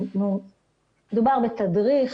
מדובר בתדריך